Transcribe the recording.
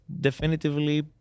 definitively